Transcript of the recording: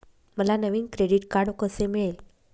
मला नवीन credit card कसे मिळेल?